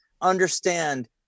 understand